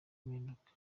impinduka